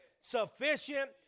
sufficient